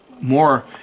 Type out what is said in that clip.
More